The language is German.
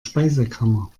speisekammer